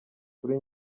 kuri